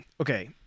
okay